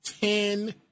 Ten